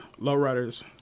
lowriders